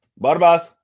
Barbas